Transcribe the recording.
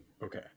Okay